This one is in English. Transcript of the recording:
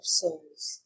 souls